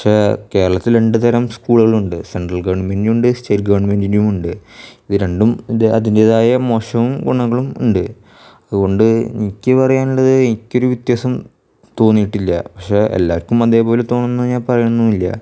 പക്ഷേ കേരളത്തിൽ രണ്ട്തരം സ്കൂളുകളുണ്ട് സെന്ട്രല് ഗെവണ്മെൻനെ ഉണ്ട് സ്റ്റേറ്റ് ഗവണ്മെന്റിന്റെയുമുണ്ട് ഇത് രണ്ടും ത് അത് അതിന്റെതായ മോശവും ഗുണങ്ങളും ഉണ്ട് അതുകൊണ്ട് എനിയ്ക്ക് പറയാനുള്ളത് എനിക്കൊരു വ്യത്യാസവും തോന്നിയിട്ടില്ല പക്ഷേ എല്ലാവര്ക്കും അതേപോലെ തോണണം എന്ന് ഞാന് പറയുന്നുവില്ല